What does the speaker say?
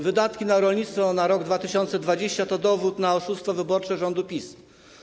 Wydatki na rolnictwo na rok 2020 to dowód na oszustwo wyborcze rządu PiS.